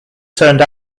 turned